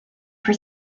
for